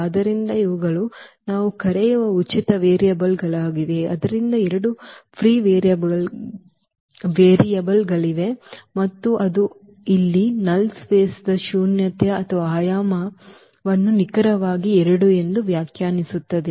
ಆದ್ದರಿಂದ ಇವುಗಳು ನಾವು ಕರೆಯುವ ಉಚಿತ ವೇರಿಯೇಬಲ್ಗಳಾಗಿವೆ ಆದ್ದರಿಂದ ಎರಡು ಫ್ರೀ ವೇರಿಯೇಬಲ್ಗಳಿವೆ ಮತ್ತು ಅದು ಇಲ್ಲಿ ಶೂನ್ಯ ಸ್ಥಳದ ಶೂನ್ಯತೆ ಅಥವಾ ಆಯಾಮವನ್ನು ನಿಖರವಾಗಿ 2 ಎಂದು ವ್ಯಾಖ್ಯಾನಿಸುತ್ತದೆ